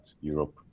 Europe